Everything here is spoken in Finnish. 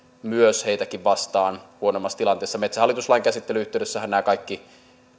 myös heitä vastaan huonommassa tilanteessa metsähallitus lain käsittelyn yhteydessähän nämä kaikki